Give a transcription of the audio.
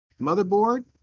motherboard